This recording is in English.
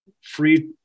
free